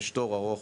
יש תור ארוך